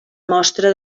mostra